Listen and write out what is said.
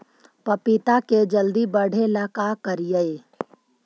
पपिता के जल्दी बढ़े ल का करिअई?